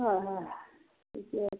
हँ हँ ठिके छै